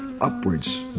upwards